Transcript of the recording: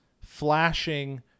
Flashing